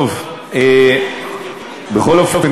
תסלח לי, אף אחד לא שומע אותך.